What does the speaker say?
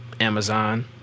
Amazon